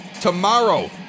tomorrow